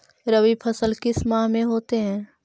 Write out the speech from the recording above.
रवि फसल किस माह में होते हैं?